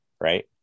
Right